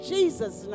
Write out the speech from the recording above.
Jesus